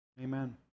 Amen